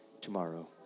tomorrow